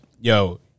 yo